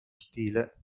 stile